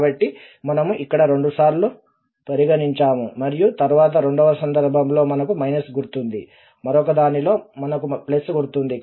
కాబట్టి మనము ఇక్కడ రెండుసార్లు పరిగణించాము మరియు తరువాత రెండవ సందర్భంలో మనకు మైనస్ గుర్తు ఉంది మరొకదానిలో మనకు ప్లస్ గుర్తు ఉంది